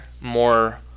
more